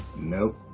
Nope